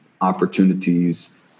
opportunities